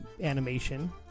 animation